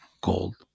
gold